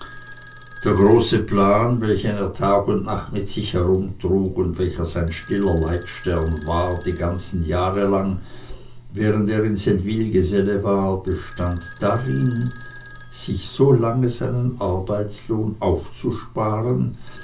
der große plan welchen er tag und nacht mit sich herumtrug und welcher sein stiller leitstern war die ganzen jahre lang während er in seldwyl geselle war bestand darin sich so lange seinen arbeitslohn aufzusparen